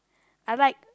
I like